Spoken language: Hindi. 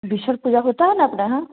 बिशहर पूजा होता है ना अपना यहाँ